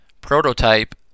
prototype